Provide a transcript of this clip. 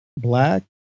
black